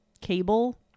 cable